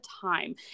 time